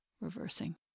reversing